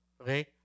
Okay